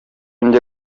njya